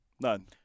None